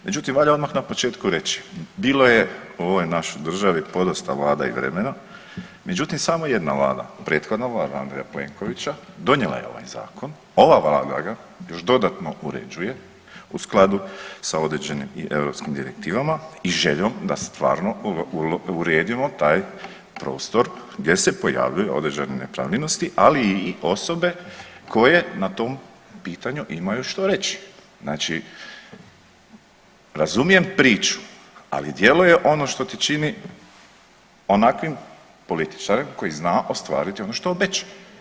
Međutim valja odmah na početku reći bilo je u ovoj našoj državi podosta vlada i vremena, međutim samo jedna vlada, prethodna vlada Andreja Plenkovića donijela je ovaj zakon, ova vlada ga još dodatno uređuje u skladu sa određenim i europskim direktivama i željom da stvarno uredimo taj prostor gdje se pojavljuju određene nepravilnosti, ali i osobe koje na tom pitanju imaju što reći, znači razumijem priču, ali djelo je ono što te čini onakvim političarem koji zna ostvariti ono što obeća.